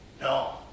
No